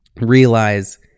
realize